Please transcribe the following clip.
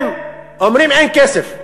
אומרים שאין כסף.